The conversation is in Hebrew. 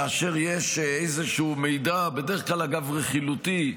כאשר יש איזשהו מידע, בדרך כלל, אגב, רכילותי,